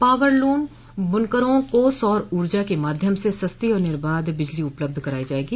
powerloom बुनकरों को सौर ऊर्जा के माध्यम से सस्ती और निर्बाध बिजली उपलब्ध कराई जायेगी